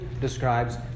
describes